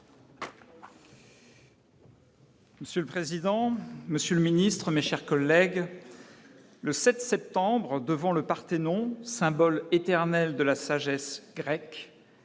Monsieur le président, Monsieur le Ministre, mes chers collègues, le 7 septembre devant le Parthénon symbole éternel de la sagesse grecque